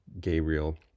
Gabriel